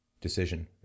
decision